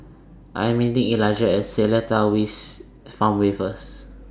I Am meeting Elijah At Seletar East Farmway First